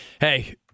hey